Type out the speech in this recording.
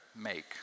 make